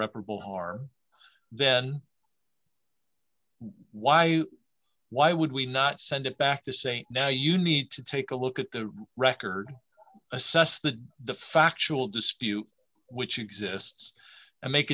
reparable harm then why why would we not send it back to st now you need to take a look at the record assess the the factual dispute which exists and make